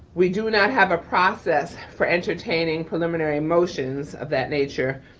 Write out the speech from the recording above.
we do not have a process for entertaining preliminary motions of that nature,